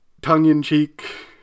tongue-in-cheek